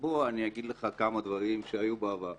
אני אגיד לך כמה דברים שהיו בעבר.